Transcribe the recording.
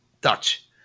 dutch